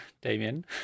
Damien